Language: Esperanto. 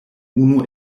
unu